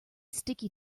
sticky